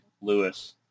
Lewis